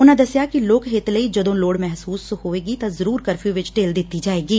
ਉਨਾਂ ਦਸਿਆ ਕਿ ਲੋਕ ਹਿੱਤ ਲਈ ਜਦੋਂ ਲੋੜ ਮਹਿਸੂਸ ਹੋਈ ਤਾਂ ਜ਼ਰੂਰ ਕਰਫਿਊ ਚ ਢਿੱਲ ਦਿੱਤੀ ਜਾਵੇਗੀ